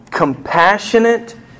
compassionate